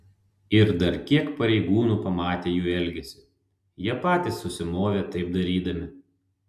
ir dar kiek pareigūnų pamatė jų elgesį jie patys susimovė taip darydami